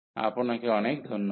আপনাকে অনেক ধন্যবাদ